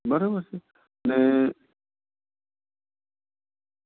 બરાબર છે અને